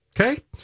Okay